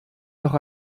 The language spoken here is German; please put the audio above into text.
noch